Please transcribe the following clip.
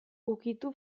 ukitu